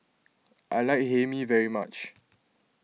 I like Hae Mee very much